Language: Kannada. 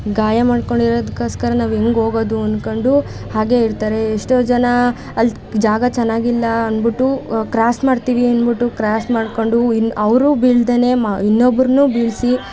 ಗಾಯ ಮಾಡಿಕೊಂಡಿರೋದ್ಕೋಸ್ಕರ ನಾವು ಹೆಂಗೆ ಹೋಗೋದು ಅಂದ್ಕೊಂಡು ಹಾಗೆ ಇರ್ತಾರೆ ಎಷ್ಟೋ ಜನ ಅಲ್ಲಿ ಜಾಗ ಚೆನ್ನಾಗಿಲ್ಲ ಅಂದ್ಬಿಟ್ಟು ಕ್ರಾಸ್ ಮಾಡ್ತೀವಿ ಅಂದ್ಬಿಟ್ಟು ಕ್ರಾಸ್ ಮಾಡಿಕೊಂಡು ಇಲ್ಲಿ ಅವರು ಬೇಳ್ಸೇನೆ ಮ ಇನ್ನೊಬ್ಬರನ್ನು ಬೀಳಿಸಿ